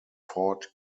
ford